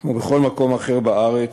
כמו בכל מקום אחר בארץ,